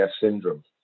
syndrome